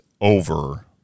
over